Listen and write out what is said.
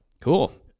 Cool